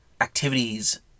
activities